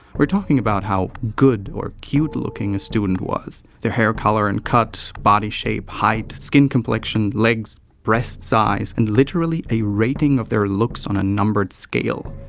we're talking about how good or cute looking a student was, their hair color and cut, body shape, height, skin complexion, legs, breast size and literally a rating of their looks on a numbered scale.